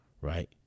right